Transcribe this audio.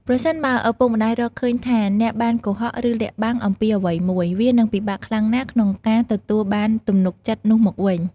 ប្រសិនបើឪពុកម្ដាយរកឃើញថាអ្នកបាន កុហក ឬលាក់បាំង អំពីអ្វីមួយ វានឹងពិបាកខ្លាំងណាស់ក្នុងការទទួលបានទំនុកចិត្តនោះមកវិញ។